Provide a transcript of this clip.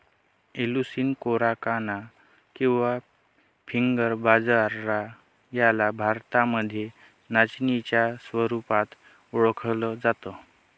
Eleusine coracana किंवा finger बाजरा याला भारतामध्ये नाचणीच्या स्वरूपात ओळखल जात